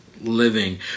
living